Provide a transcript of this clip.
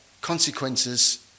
consequences